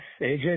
AJ